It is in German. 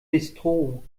bistro